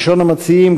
ראשון המציעים,